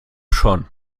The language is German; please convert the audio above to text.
schon